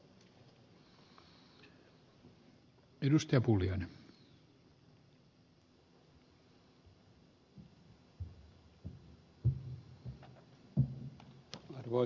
arvoisa puhemies